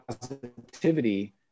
positivity